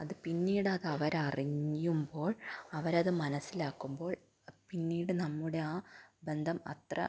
അത് പിന്നീട് അത് അവർ അറിയുമ്പോൾ അവരത് മനസ്സിലാക്കുമ്പോൾ പിന്നീട് നമ്മുടെ ആ ബന്ധം അത്ര